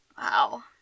Wow